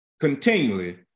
continually